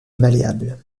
malléable